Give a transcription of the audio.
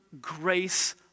grace